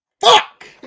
Fuck